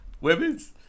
Women's